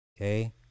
okay